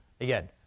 Again